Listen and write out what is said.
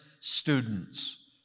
students